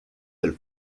del